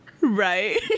Right